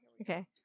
okay